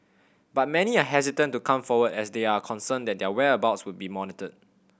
but many are hesitant to come forward as they are concerned that their whereabouts would be monitored